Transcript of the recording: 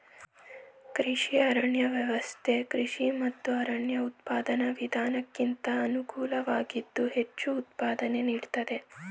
ಕೃಷಿ ಅರಣ್ಯ ವ್ಯವಸ್ಥೆ ಕೃಷಿ ಮತ್ತು ಅರಣ್ಯ ಉತ್ಪಾದನಾ ವಿಧಾನಕ್ಕಿಂತ ಅನುಕೂಲವಾಗಿದ್ದು ಹೆಚ್ಚು ಉತ್ಪಾದನೆ ನೀಡ್ತದೆ